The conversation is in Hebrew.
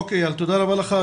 אוקיי, איל, תודה רבה לך.